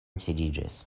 sidiĝis